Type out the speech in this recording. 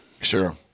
Sure